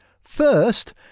First